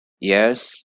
yes